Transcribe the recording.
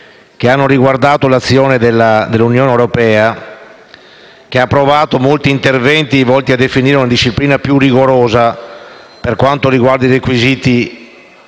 che hanno riguardato l'azione dell'Unione europea, che ha approvato molti interventi volti a definire una disciplina più rigorosa per quanto concerne i requisiti